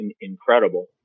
incredible